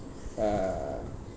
uh